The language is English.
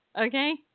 Okay